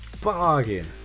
bargain